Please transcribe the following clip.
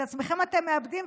את עצמכם אתם מאבדים,